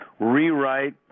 rewrite